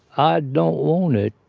i don't want it.